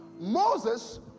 moses